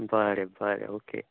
बरें बरें ओके